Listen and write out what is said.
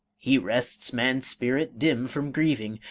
he rests man's spirit dim from grieving,